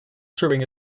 touring